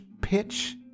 pitch